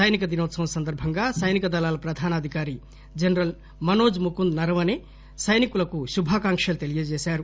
సైనిక దినోత్సవం సందర్బంగా సైనికదళాల ప్రధానాధికారి జనరల్ మనోజ్ ముకుంద్ నరవణే సైనికులకు శుభాకాంక్షలు తెలిపారు